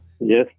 Yes